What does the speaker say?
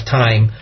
time